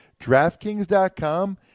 DraftKings.com